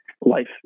life